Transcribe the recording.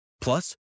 Plus